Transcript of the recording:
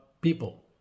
people